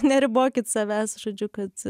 neribokit savęs žodžiu kad